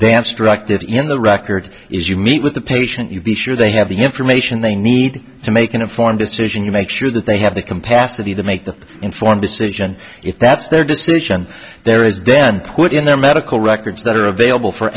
instructed in the record is you meet with the patient you be sure they have the information they need to make an informed decision you make sure that they have the compasses need to make the informed decision if that's their decision and there is then put in their medical records that are available for